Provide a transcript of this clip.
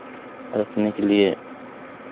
रखने के लिए